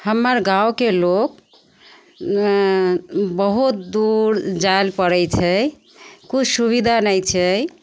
हमर गामके लोक बहुत दूर जाए ले पड़ै छै किछु सुविधा नहि छै